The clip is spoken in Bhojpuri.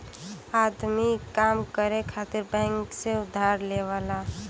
आदमी काम करे खातिर बैंक से उधार लेवला